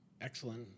excellent